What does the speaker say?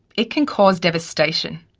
it can cause devastation.